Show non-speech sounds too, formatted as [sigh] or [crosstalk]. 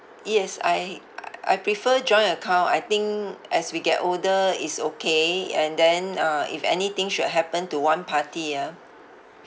yes I [noise] I prefer joint account I think as we get older it's okay and then uh if anything should happen to one party ah